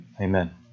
Amen